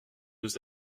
deux